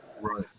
right